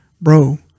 bro